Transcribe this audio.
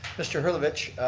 mr. hillovich.